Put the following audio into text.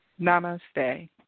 Namaste